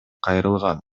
кайрылган